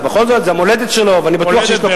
בכל זאת, זה המולדת שלו, מולדת בהחלט.